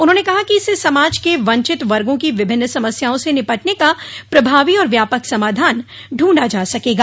उन्होंने कहा कि इससे समाज के वंचित वर्गों की विभिन्न समस्याआ से निपटने का प्रभावी और व्यापक समाधान ढूंढा जा सकेगा